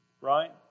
Right